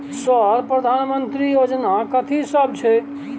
Sir प्रधानमंत्री योजना कथि सब छै?